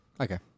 Okay